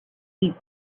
eat